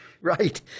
Right